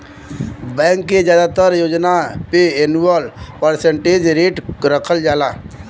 bank के जादातर योजना पे एनुअल परसेंटेज रेट रखल जाला